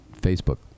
Facebook